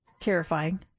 terrifying